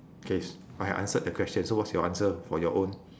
okay s~ I answered the question so what's your answer for your own